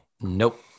Nope